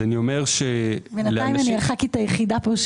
בינתיים אני הח"כית היחידה פה,